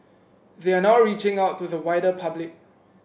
they are now reaching out to the wider public